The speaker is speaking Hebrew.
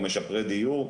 או משפרי דיור,